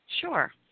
Sure